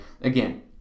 again